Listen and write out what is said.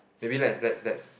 maybe let's let's let's